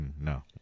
No